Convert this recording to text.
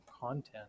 content